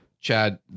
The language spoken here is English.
Chad